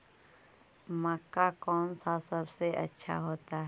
मक्का कौन सा सबसे अच्छा होता है?